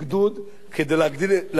כדי להציל את יוסף מדחת,